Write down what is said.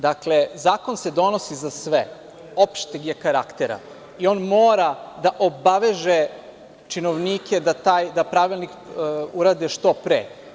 Dakle, zakon se donosi za sve, opšteg je karaktera i on mora da obaveže činovnike da pravilnik urade što pre.